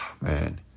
man